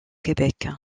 québec